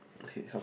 okay come